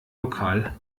lokal